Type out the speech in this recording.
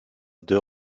deux